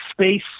space